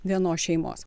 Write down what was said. vienos šeimos